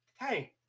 hey